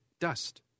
Dust